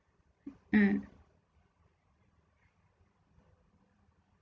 mm